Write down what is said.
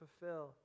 fulfill